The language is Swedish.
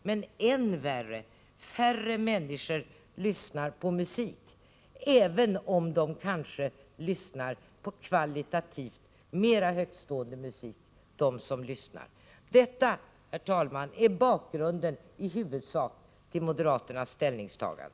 Men än värre: färre människor lyssnar på musik, även om de som lyssnar kanske lyssnar på kvalitativt mera högtstående musik. Detta, herr talman, är i huvudsak bakgrunden till moderaternas ställningstagande.